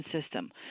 system